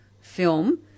film